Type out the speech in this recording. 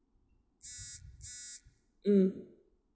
mm